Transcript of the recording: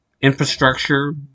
infrastructure